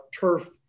turf